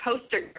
poster